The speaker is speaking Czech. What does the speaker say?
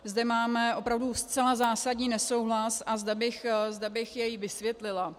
Zde máme opravdu zcela zásadní nesouhlas a zde bych jej vysvětlila.